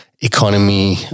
economy